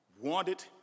wanted